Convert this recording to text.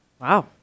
Wow